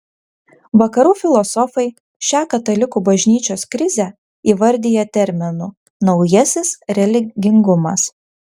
vakarų filosofai šią katalikų bažnyčios krizę įvardija terminu naujasis religingumas